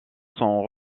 sont